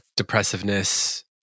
depressiveness